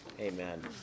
Amen